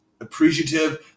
appreciative